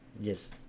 Yes